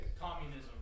Communism